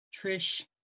Trish